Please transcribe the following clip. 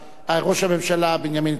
ראש הממשלה בנימין נתניהו,